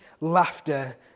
laughter